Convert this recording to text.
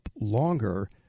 longer